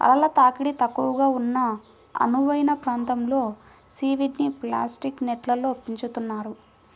అలల తాకిడి తక్కువగా ఉన్న అనువైన ప్రాంతంలో సీవీడ్ని ప్లాస్టిక్ నెట్స్లో పెంచుతున్నారు